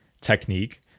technique